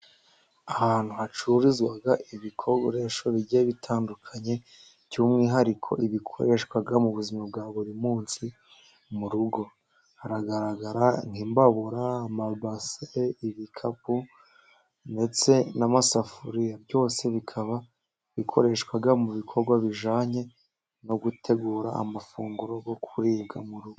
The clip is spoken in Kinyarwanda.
Ahantu hacururizwa ibikoresho bigiye bitandukanye ,by' umwihariko ibikoreshwa mu buzima bwa buri munsi mu rugo, haragaragara nk' imbabura, amabase ibikapu ndetse n' amasafuriya byose bikaba bikoreshwa mu bikorwa bijyanye no gutegura amafunguro yo kuribwa mu rugo.